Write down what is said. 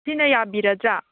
ꯁꯤꯅ ꯌꯥꯕꯤꯔꯗ꯭ꯔꯥ